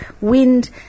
wind